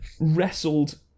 wrestled